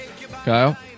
Kyle